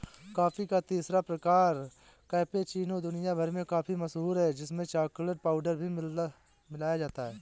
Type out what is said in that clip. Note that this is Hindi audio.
कॉफी का तीसरा प्रकार कैपेचीनो दुनिया भर में काफी मशहूर है जिसमें चॉकलेट पाउडर भी मिलाया जाता है